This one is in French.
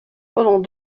pendant